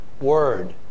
Word